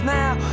now